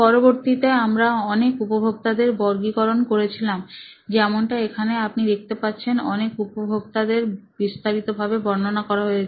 পরবর্তীতে আমরা অনেক উপভোক্তাদের বর্গীকরণ করেছিলাম যেমনটা এখানে আপনি দেখতে পাচ্ছেন অনেক উপভোক্তা দের বিস্তারিতভাবে বর্ণনা করা হয়েছে